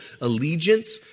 allegiance